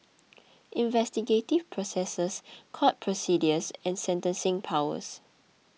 investigative processes court procedures and sentencing powers